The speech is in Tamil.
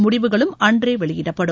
முடிவுகளும் அன்றே வெளியிடப்படும்